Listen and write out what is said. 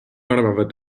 arvavad